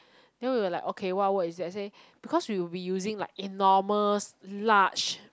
then we were like okay what word is that I say because we will be using like enormous large